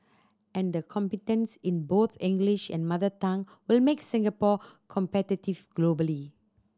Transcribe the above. and the competence in both English and mother tongue will make Singapore competitive globally